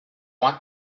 want